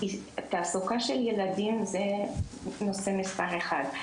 תעסוקה של ילדים הוא נושא מספר אחד.